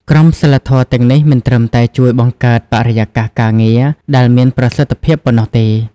ក្រមសីលធម៌ទាំងនេះមិនត្រឹមតែជួយបង្កើតបរិយាកាសការងារដែលមានប្រសិទ្ធភាពប៉ុណ្ណោះទេ។